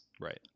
Right